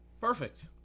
Perfect